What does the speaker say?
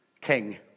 king